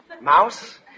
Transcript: Mouse